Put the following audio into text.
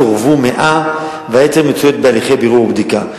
סורבו 100 והיתר מצויות בהליכי בירור ובדיקה.